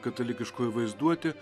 katalikiškoji vaizduotė